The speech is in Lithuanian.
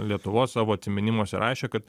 lietuvos savo atsiminimuose rašė kad